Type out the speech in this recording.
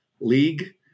league